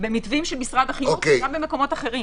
במגזר הכללי